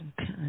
Okay